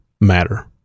matter